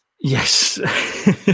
Yes